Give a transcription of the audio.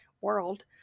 world